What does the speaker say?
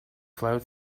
flowed